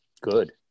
good